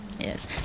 yes